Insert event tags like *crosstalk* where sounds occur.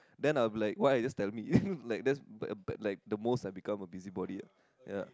then I will be why you just tell me *laughs* like that's like like the most I become a busybody ah ya